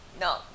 no